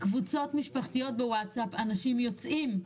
מקבוצות משפחתיות בווטאסאפ אנשים יוצאים.